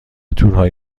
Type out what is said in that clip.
تورهای